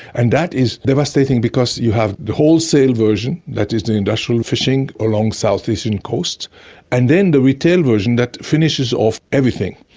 and that is devastating because you have the wholesale version that is the industrial fishing along southeast and coast and then the retail version that finishes off everything.